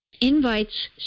Invites